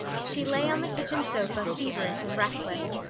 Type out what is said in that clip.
she lay on the kitchen sofa feverish and restless,